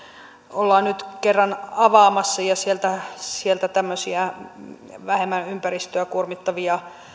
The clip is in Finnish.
ollaan nyt kerran avaamassa ja sieltä sieltä tämmöisiä vähemmän ympäristöä kuormittavia